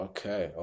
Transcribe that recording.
Okay